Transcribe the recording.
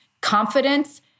confidence